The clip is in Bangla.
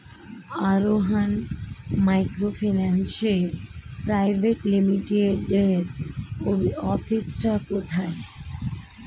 আরোহন মাইক্রোফিন্যান্স প্রাইভেট লিমিটেডের অফিসটি কোথায়?